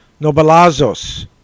nobelazos